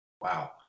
wow